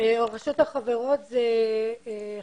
החברות הממשלתיות עומדות ביעד הכוללני אבל לא לגבי איכות המשרות.